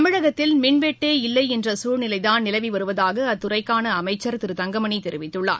தமிழகத்தில் மின்வெட்டே இல்லை என்ற சூழ்நிலைதான் நிலவி வருவதாக அத்துறைக்கான அமைச்சர் திரு தங்கமணி தெரிவித்துள்ளார்